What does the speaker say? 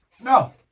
No